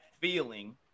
feeling